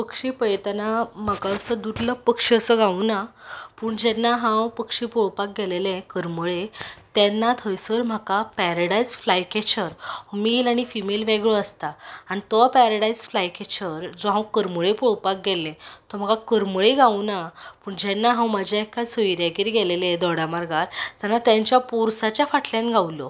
पक्षी पळयतना म्हाका असो दुर्लभ पक्षी असो गावुना पूण जेन्ना हांव पक्षी पळोपाक गेलेलें करमळे तेन्ना थंयसर म्हाका पॅराडायज फ्लायकॅचर मेल आनी फिमेल वेगळो आसता आनी तो पॅराडायज फ्लायकॅचर जो हांव करमळे पळोवपाक गेल्लें तो म्हाका करमळे गावुना पूण जेन्ना हांव म्हाज्या सोयऱ्यागेर गेलेले दोडामार्गार तेन्ना तांच्या पोरसाच्या फाटल्यान गावलो